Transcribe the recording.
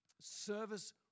Service